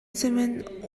сэмэн